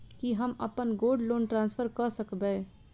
की हम अप्पन gold loan transfer करऽ सकबै?